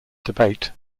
debate